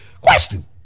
Question